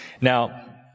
Now